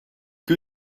que